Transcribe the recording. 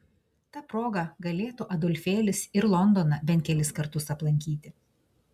ta proga galėtų adolfėlis ir londoną bent kelis kartus aplankyti